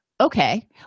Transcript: Okay